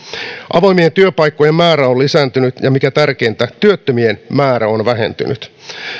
avoimien työpaikkojen määrä on lisääntynyt ja mikä tärkeintä työttömien määrä on vähentynyt